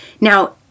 Now